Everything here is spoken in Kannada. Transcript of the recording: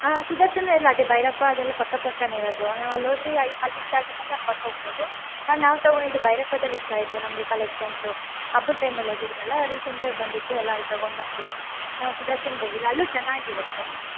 ಹಾಂ ಸುದರ್ಶನ್ ಎಲ್ಲ ಅದೇ ಬೈರಪ್ಪ ಅದೆಲ್ಲ ಪಕ್ಕ ಪಕ್ಕನೆ ಇರೋದು ನಾವು ಅಲ್ಲಿ ಹೋದ್ರೆ ಅಲ್ಲಿ ಇಷ್ಟ ಆಗಿಲ್ಲ ಅಂದರೆ ಅಲ್ಲಿ ಪಕ್ಕ ಹೋಗ್ಬೌದು ಹಾಂ ನಾವು ತೊಗೊಂಡಿದ್ದು ಬೈರಪ್ಪದಲ್ಲಿಷ್ಟ ಆಯಿತು ನಮಗೆ ಕಲೆಕ್ಷನ್ಸು ಹಬ್ಬದ ಟೈಮಲ್ಲಿ ಹೋಗಿದ್ರಲ್ಲ ರೀಸೆಂಟಾಗಿ ಬಂದಿತ್ತು ಎಲ್ಲ ಅಲ್ಲಿ ತೊಗೊಂಡು ಬಂದ್ಬಿಟ್ವಿ ನಾವು ಸುದರ್ಶನ್ಗೆ ಹೋಗಿಲ್ಲ ಅಲ್ಲೂ ಚೆನ್ನಾಗಿರುತ್ತೆ